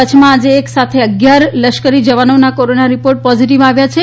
કચ્છમાં આજે એક સાથે અગીયાર લશ્કરી જવાનોના કોરોના રીપોર્ટ પોઝીટીવ આવ્યા છે